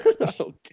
Okay